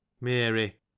Mary